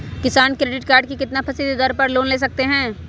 किसान credit card कितना फीसदी दर पर लोन ले सकते हैं?